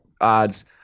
odds